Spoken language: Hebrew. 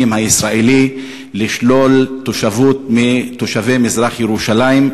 הישראלי לשלול תושבות מתושבי מזרח-ירושלים.